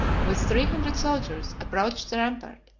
with three hundred soldiers, approached the rampart,